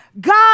God